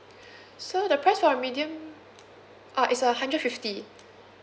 so the price for medium uh is uh hundred fifty